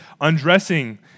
undressing